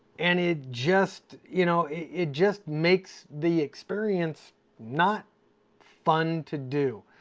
and it just you know it just makes the experience not fun to do.